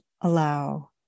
allow